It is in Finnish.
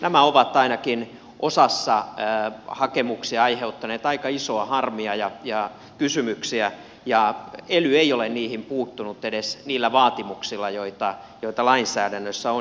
nämä ovat ainakin osassa hakemuksia aiheuttaneet aika isoa harmia ja kysymyksiä ja ely ei ole niihin puuttunut edes niillä vaatimuksilla joita lainsäädännössä on